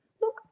Look